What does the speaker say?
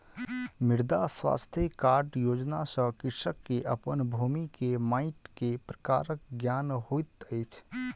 मृदा स्वास्थ्य कार्ड योजना सॅ कृषक के अपन भूमि के माइट के प्रकारक ज्ञान होइत अछि